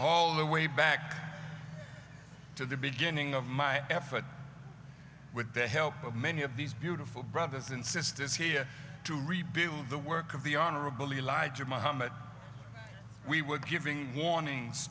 all the way back to the beginning of my effort with the help of many of these beautiful brothers and sisters here to rebuild the work of the honorable elijah muhammad we were giving warnings